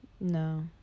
No